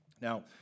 Now